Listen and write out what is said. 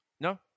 no